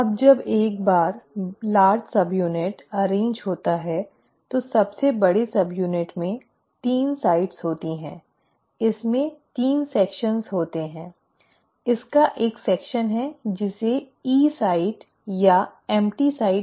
अब जब एक बार बड़ा सबयूनिट व्यवस्थित होता है तो सबसे बड़े सबयूनिट में 3 साइटें होती हैं इसमें 3 सेक्शन होते हैं इसका एक सेक्शन है जिसे E साइट या खाली साइट"empty site" कहा जाता है P साइट और A साइट